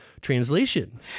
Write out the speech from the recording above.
Translation